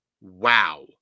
wow